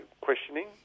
questioning